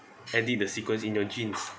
empty the sequence in your genes